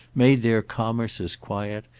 made their commerce as quiet,